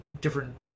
different